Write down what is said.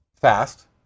fast